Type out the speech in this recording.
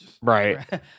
right